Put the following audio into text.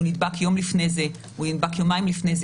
הוא נדבק יום לפני זה או יומיים לפני זה.